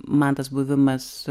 man tas buvimas